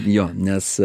jo nes